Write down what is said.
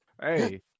Hey